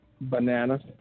Bananas